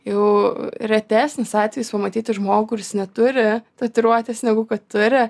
jau retesnis atvejis pamatyti žmogų kuris neturi tatuiruotės negu kad turi